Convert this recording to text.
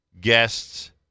guests